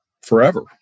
forever